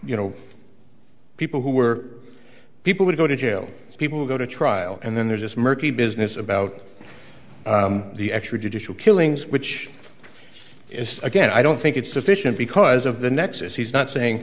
you know people who were people who go to jail people who go to trial and then there's just murky business about the extrajudicial killings which is again i don't think it's sufficient because of the nexus he's not saying